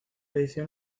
edición